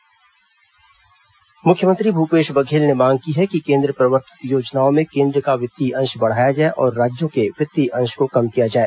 budget पूर्व बैठक मुख्यमंत्री भूपेश बधेल ने मांग की है कि केन्द्र प्रवर्तित योजनाओं में केन्द्र का वित्तीय अंश बढ़ाया जाए और राज्यों के वित्तीय अंश को कम किया जाए